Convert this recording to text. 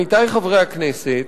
עמיתי חברי הכנסת,